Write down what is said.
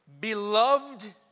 beloved